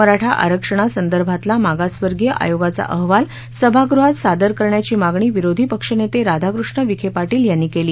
मराठा आरक्षणासंदर्भातला मागासवर्गीय आयोगाचा अहवाल सभागृहात सादर करण्याची मागणी विरोधी पक्षनेते राधाकृष्ण विखे पाटील यांनी केली